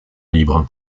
libre